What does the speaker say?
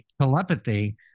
telepathy